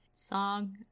Song